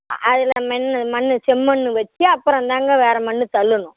அதில் மண்ணு மண் செம்மண் வெச்சு அப்புறோந்தாங்க வேறு மண் தள்ளணும்